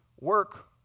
work